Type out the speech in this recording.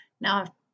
now